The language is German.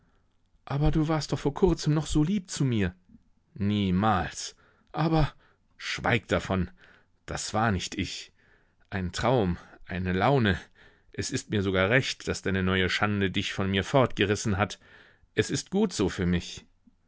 aber du warst doch vor kurzem noch so lieb zu mir niemals aber schweig davon das war nicht ich ein traum eine laune es ist mir sogar recht daß deine neue schande dich von mir fortgerissen hat es ist gut so für mich